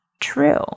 true